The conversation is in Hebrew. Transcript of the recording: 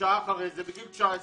בגיל 19,